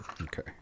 Okay